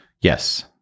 Yes